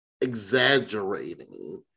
exaggerating